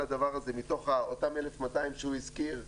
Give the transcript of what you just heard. הדבר הזה מתוך אותם 1,200 שהוא הזכיר,